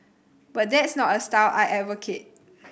but that's not a style I advocate